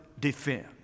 defend